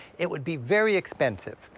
it would be very expensive,